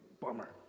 Bummer